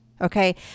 Okay